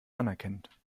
anerkennend